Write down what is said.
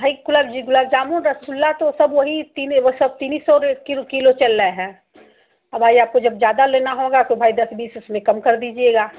भाई कुलाब जी गुलाब जामुन रसगुल्ला तो सब वहीं तीन है वह सब तीनी सौ रु किरु किलो चल रहा है और भाई आपको जब ज़्यादा लेना होगा तो भाई दस बीस उसमें कम कर दीजिएगा